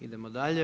Idemo dalje.